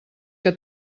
que